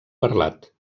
parlat